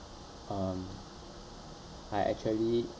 um I actually